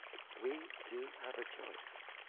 we do have a choice.